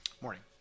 Morning